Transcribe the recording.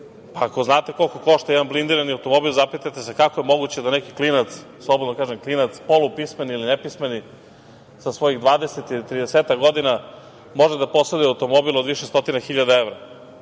Ako znate koliko košta jedan blindirani automobil, zapitajte se kako je moguće da neki klinac, polupismeni ili nepismeni, sa svojih 20, 30 godina, može da poseduje automobil od više stotina hiljada eva.